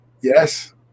Yes